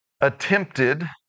attempted